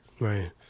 Right